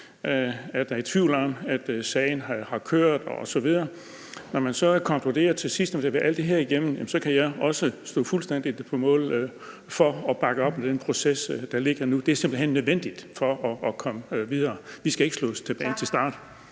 der er i tvivl om, at sagen har kørt osv. Når man så til sidst konkluderer efter at have været alt det her igennem, vil jeg sige, at jeg også kan stå fuldstændig på mål for at bakke op om den proces, der ligger nu. Det er simpelt hen nødvendigt for at komme videre. Vi skal ikke slås tilbage til start.